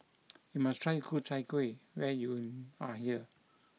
you must try Ku Chai Kuih when you are here